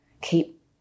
keep